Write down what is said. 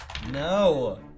No